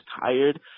tired